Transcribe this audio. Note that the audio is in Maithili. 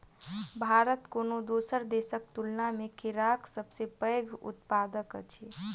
भारत कोनो दोसर देसक तुलना मे केराक सबसे पैघ उत्पादक अछि